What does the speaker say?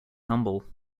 humble